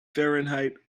fahrenheit